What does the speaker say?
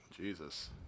Jesus